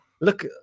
look